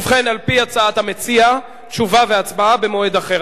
ובכן, על-פי הצעת המציע, תשובה והצבעה במועד אחר.